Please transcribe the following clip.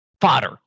Fodder